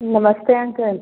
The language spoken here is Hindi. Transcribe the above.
नमस्ते अंकल